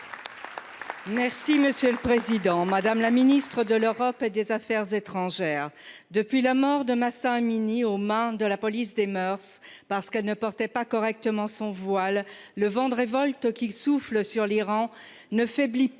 Merci, monsieur le Président Madame la Ministre de l'Europe et des Affaires étrangères. Depuis la mort de Mahsa Amini aux mains de la police des moeurs parce qu'elle ne portait pas correctement son voile. Le vent de révolte qu'il souffle sur l'Iran ne faiblit pas